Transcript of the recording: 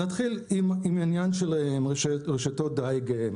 נתחיל עם עניין של רשתות דיג.